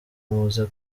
muze